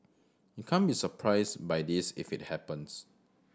you can't be surprised by this if it happens